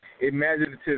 imaginative